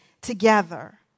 together